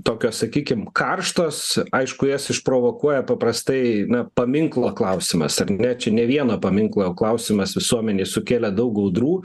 tokios sakykim karštos aišku jas išprovokuoja paprastai na paminklo klausimas ar ne čia ne vieno paminklo klausimas visuomenei sukėlė daug audrų